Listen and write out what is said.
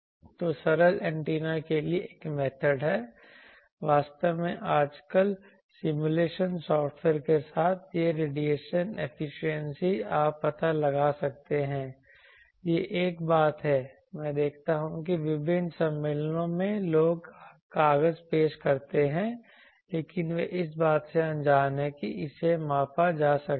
तो सरल एंटेना के लिए एक मेथड है वास्तव में आजकल सिमुलेशन सॉफ्टवेयर के साथ यह रेडिएशन एफिशिएंसी आप पता लगा सकते हैं यह एक बात है मैं देखता हूं कि विभिन्न सम्मेलनों में लोग कागज पेश करते हैं लेकिन वे इस बात से अनजान हैं कि इसे मापा जा सकता है